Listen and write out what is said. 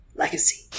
Legacy